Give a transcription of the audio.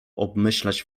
obmyślać